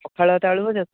ପଖାଳ ଭାତ ଆଳୁ ଭଜା